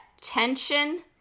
tension